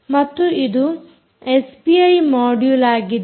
ಮತ್ತು ಇದು SPI module ಆಗಿದೆ